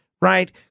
right